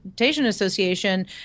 Association